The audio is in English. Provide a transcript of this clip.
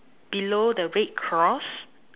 below the red cross